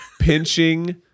pinching